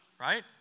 right